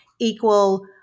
equal